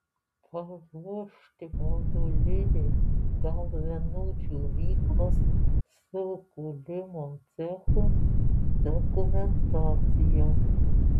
paruošti modulinės galvenų džiovyklos su kūlimo cechu dokumentaciją